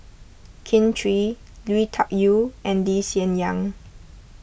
Kin Chui Lui Tuck Yew and Lee Hsien Yang